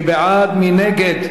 מי בעד, מי נגד?